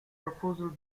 proposal